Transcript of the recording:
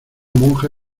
monja